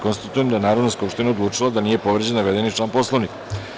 Konstatujem da je Narodna skupština odlučila da nije povređen navedeni član Poslovnika.